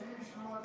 מה את רוצה ממנו?